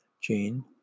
gene